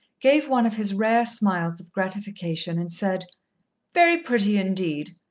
gave one of his rare smiles of gratification and said very pretty indeed.